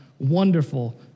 Wonderful